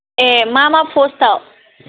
ए मा मा पस्टाव